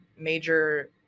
major